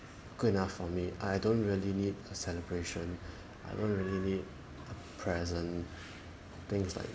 good enough for me I don't really need a celebration I don't really need a present things like that